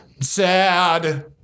sad